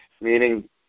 meaning